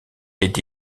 été